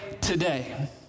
today